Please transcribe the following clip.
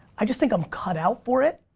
i just think i'm cut out for it,